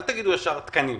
אל תגידו ישר תקנים,